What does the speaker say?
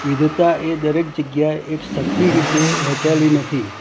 વિવિધતા એ દરેક જગ્યાએ એક સરખી રીતે વહેંચાયેલી નથી